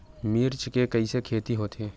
मिर्च के कइसे खेती होथे?